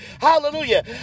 hallelujah